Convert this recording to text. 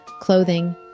clothing